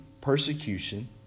persecution